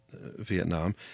Vietnam